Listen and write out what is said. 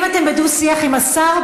אם אתם בדו-שיח עם השר,